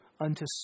unto